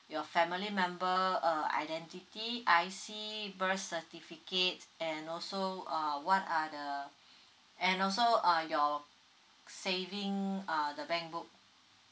your family member uh identity I_C birth certificate and also uh what are the and also uh your saving uh the bank book